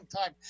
time